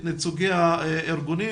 את נציגי הארגונים